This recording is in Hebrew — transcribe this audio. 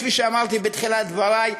כפי שאמרתי בתחילת דברי,